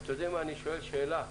אני שואל שאלה,